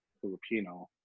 Filipino